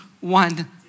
one